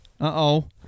Uh-oh